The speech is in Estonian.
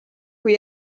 kui